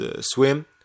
swim